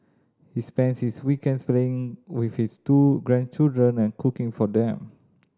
he spends his weekends playing with his two grandchildren and cooking for them